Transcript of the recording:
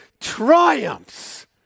triumphs